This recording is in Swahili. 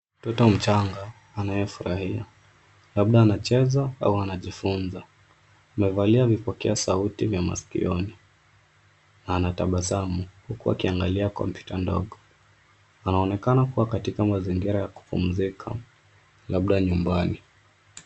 Mtoto mchanga anayefurahia, labda anacheza au anajifunza. Amevalia vipokea sauti vya masikioni, na anatabasamu huku akiangalia kompyuta ndogo. Anaonekana kuwa katika mazingira ya kupumzika labda nyumbani.